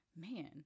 man